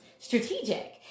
strategic